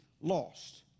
lost